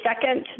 second